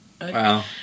Wow